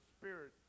spirit